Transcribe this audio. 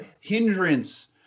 hindrance